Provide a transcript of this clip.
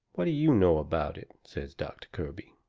what do you know about it? says doctor kirby.